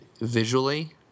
visually